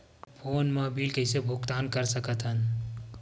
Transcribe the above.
Phone मा bill कइसे भुक्तान साकत हन?